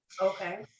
Okay